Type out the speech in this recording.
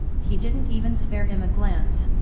he didn't even spare him a glance.